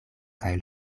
kaj